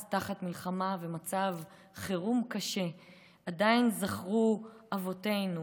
אז תחת מלחמה ומצב חירום קשה עדיין זכרו אבותינו